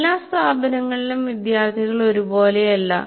എല്ലാ സ്ഥാപനങ്ങളിലും വിദ്യാർത്ഥികൾ ഒരുപോലെയല്ല